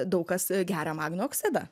daug kas geria magnio oksidą